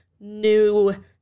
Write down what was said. new